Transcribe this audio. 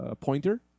Pointer